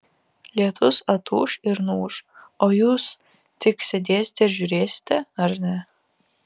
lietus atūš ir nuūš o jūs tik sėdėsite ir žiūrėsite ar ne